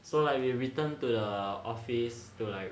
so like we returned to the office to like